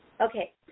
Okay